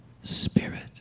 spirit